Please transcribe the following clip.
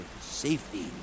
safety